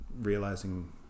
realizing